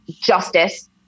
justice